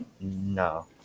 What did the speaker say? No